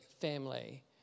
family